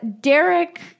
Derek